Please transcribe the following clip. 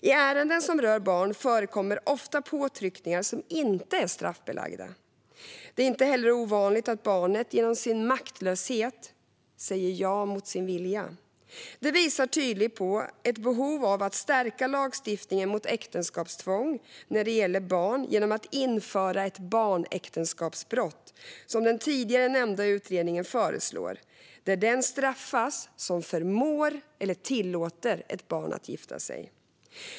I ärenden som rör barn förekommer ofta påtryckningar som inte är straffbelagda. Det är inte heller ovanligt att barnet genom sin maktlöshet säger ja mot sin vilja. Detta visar tydligt på ett behov av att stärka lagstiftningen mot äktenskapstvång när det gäller barn genom att införa ett barnäktenskapsbrott, som den tidigare nämnda utredningen föreslår, där den straffas som förmår eller tillåter ett barn att gifta sig.